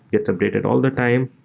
gets submitted all the time.